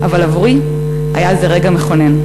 אבל עבורי היה זה רגע מכונן.